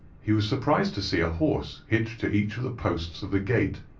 he was surprised to see a horse hitched to each of the posts of the gate.